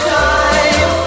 time